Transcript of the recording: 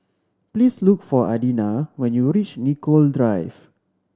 please look for Adina when you reach Nicoll Drive